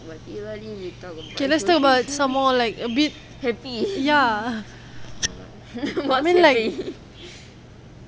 okay let's talk about some more like a bit ya I mean like